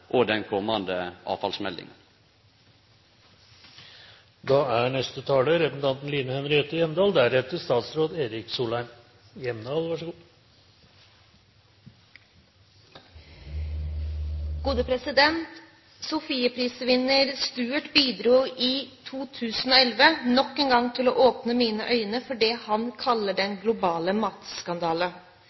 og den kommande avfallsmeldinga. Sofieprisvinner, Stuart, bidro i 2011 nok en gang til å åpne mine øyne for det han kaller